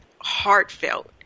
heartfelt